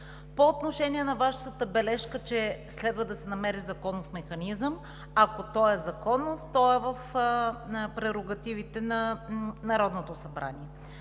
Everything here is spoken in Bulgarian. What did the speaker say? По отношение на Вашата бележка, че следва да се намери законов механизъм. Ако той е законов, той е в прерогативите на Народното събрание.